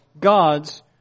God's